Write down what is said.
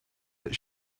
that